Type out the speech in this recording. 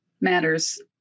matters